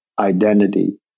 identity